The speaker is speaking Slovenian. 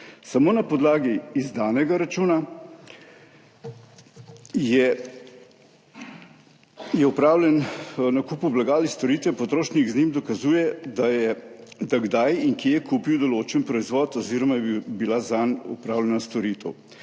Samo na podlagi izdanega računa je opravljen nakup blaga ali storitve, potrošnik z njim dokazuje, kdaj in kje kupil določen proizvod oziroma je bila zanj opravljena storitev.